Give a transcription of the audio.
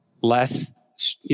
less